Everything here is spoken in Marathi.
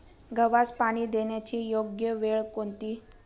गव्हास पाणी देण्याची योग्य वेळ कोणती?